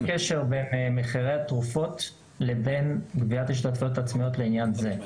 אין קשר בין מחירי התרופות לבין גביית השתתפויות עצמיות לעניין זה.